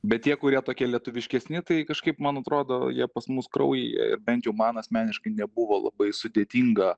bet tie kurie tokie lietuviškesni tai kažkaip man atrodo jie pas mus kraujyje ir bent jau man asmeniškai nebuvo labai sudėtinga